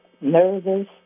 nervous